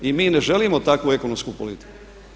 I mi ne želimo takvu ekonomsku politiku.